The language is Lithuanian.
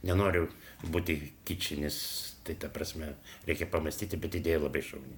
nenoriu būti kičinis tai ta prasme reikia pamąstyti bet idėja labai šauni